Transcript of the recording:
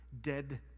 dead